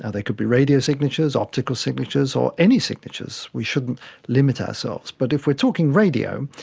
ah they could be radio signatures, optical signatures or any signatures. we shouldn't limit ourselves. but if we are talking radio,